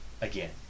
again